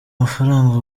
mafaranga